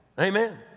Amen